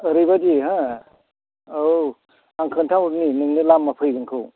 ओरैबायदि हो औ आं खोन्था हरनि नोंनो लामा फैगोनखौ